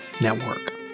Network